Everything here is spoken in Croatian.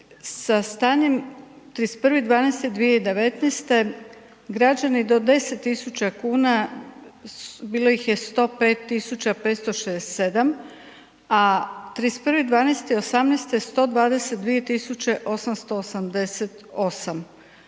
sa stanjem 31.12.2019. građani do 10.000 kuna bilo ih je 105.567, a 31.12.'18.,